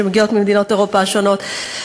שמגיעות ממדינות אירופה השונות,